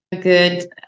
good